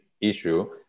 issue